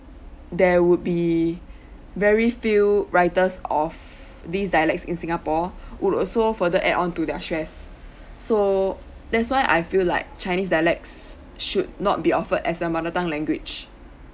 there would be very few writers of these dialects in singapore would also further add on to their stress so that's why I feel like chinese dialects should not be offered as a mother tongue language